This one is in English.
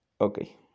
okay